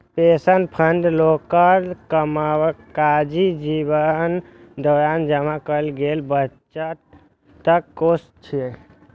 pension fund लोकक कामकाजी जीवनक दौरान जमा कैल गेल बचतक कोष छियै